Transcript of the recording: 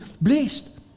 blessed